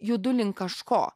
judu link kažko